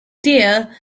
deer